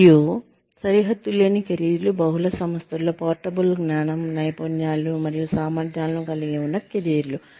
మరియు సరిహద్దులేని కెరీర్లు బహుళ సంస్థలలో పోర్టబుల్ జ్ఞానం నైపుణ్యాలు మరియు సామర్ధ్యాలను కలిగి ఉన్న కెరీర్లు